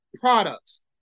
products